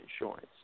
insurance